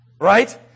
Right